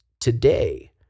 today